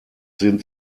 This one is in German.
sind